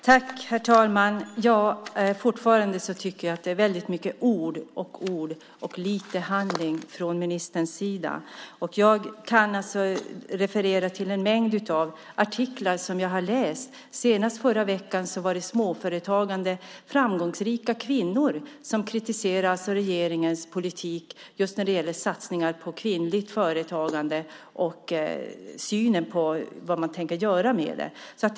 Herr talman! Det är fortfarande mycket ord och lite handling från ministerns sida. Jag kan referera till en mängd artiklar som jag har läst. Senast i förra veckan var det framgångsrika småföretagande kvinnor som kritiserade regeringens politik när det gäller satsningar på kvinnligt företagande och synen på vad man tänker göra med detta.